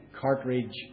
cartridge